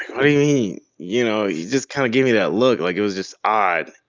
what do you mean? you know, he just kind of gave me that look. like, it was just odd.